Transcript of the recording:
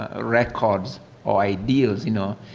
ah records or ideals, you know,